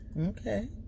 Okay